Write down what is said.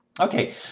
Okay